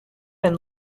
and